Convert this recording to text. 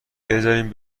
بذارین